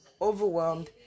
overwhelmed